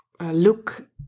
look